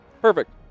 perfect